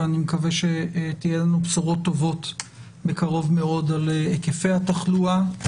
ואני מקווה שיהיו לנו בשורות טובות בקרוב מאוד על היקפי התחלואה.